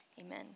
amen